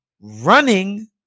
running